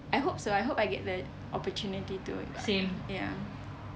I hope so I hope I get the opportunity to ya